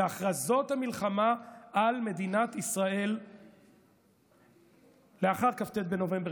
והכרזות המלחמה על מדינת ישראל לאחר כ"ט בנובמבר.